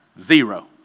Zero